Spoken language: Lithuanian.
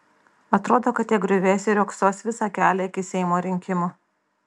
atrodo kad tie griuvėsiai riogsos visą kelią iki seimo rinkimų